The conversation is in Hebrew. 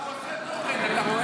הוא עושה תוכן, אתה רואה?